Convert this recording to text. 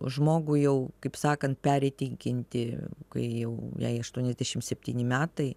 žmogų jau kaip sakant perįtikinti kai jau jai aštuoniasdešim septyni metai